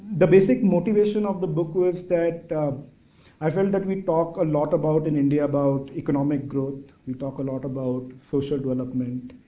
the basic motivation of the book was that i felt that we talk a lot about in india about economic growth. we talk a lot about social development.